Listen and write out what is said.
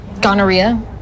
gonorrhea